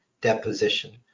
deposition